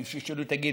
אם ישאלו: תגיד,